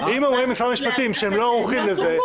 אם משרד המשפטים אומר שהוא לא ערוך לזה